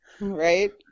Right